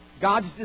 God's